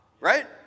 Right